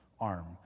arm